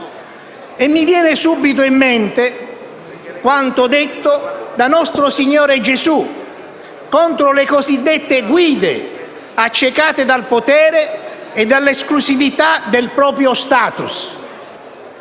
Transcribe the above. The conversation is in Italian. Mi viene subito in mente quanto detto da nostro Signore Gesù contro le cosiddette guide accecate dal potere e dall'esclusività del proprio *status*: